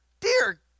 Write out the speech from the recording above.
Dear